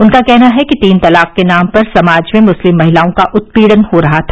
उनका कहना है कि तीन तलाक के नाम पर समाज में मुस्लिम महिलाओं का उत्पीड़न हो रहा था